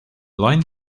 line